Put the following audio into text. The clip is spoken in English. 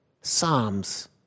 Psalms